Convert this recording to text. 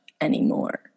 anymore